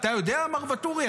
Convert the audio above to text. אתה יודע, מר ואטורי?